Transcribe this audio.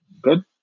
Good